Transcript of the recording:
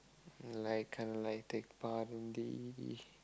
like kinda like take part in the